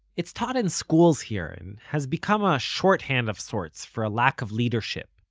it's taught in schools here, and has become a shorthand of sorts for a lack of leadership.